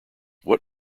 what